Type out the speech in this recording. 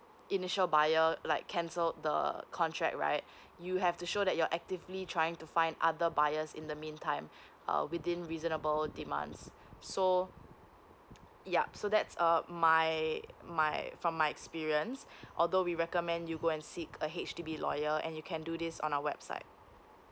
initial buyer like cancel the contract right you have to show that you're actively trying to find other buyers in the meantime uh within reasonable demands so yup so that's uh my my from my experience although we recommend you go and seek a H_D_B lawyer and you can do this on our website